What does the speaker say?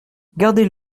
gardez